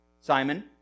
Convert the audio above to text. Simon